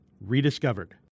rediscovered